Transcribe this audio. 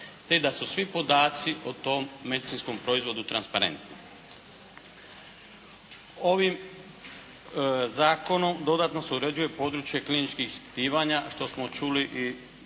te da su svi podaci o tom medicinskom proizvodu transparentni. Ovim zakonom dodatno se uređuje područje kliničkih ispitivanja što smo čuli, gospodin